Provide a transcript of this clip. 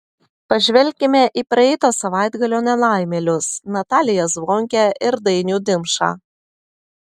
pažvelkime į praeito savaitgalio nelaimėlius nataliją zvonkę ir dainių dimšą